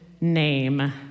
name